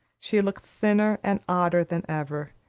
she looked thinner and odder than ever,